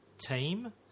Team